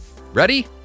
Ready